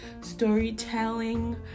storytelling